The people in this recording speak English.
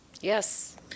Yes